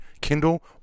Kindle